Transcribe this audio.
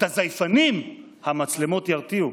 את הזייפנים המצלמות ירתיעו.